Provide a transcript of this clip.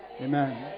Amen